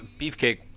Beefcake